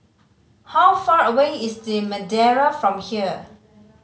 how far away is The Madeira from here